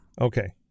Okay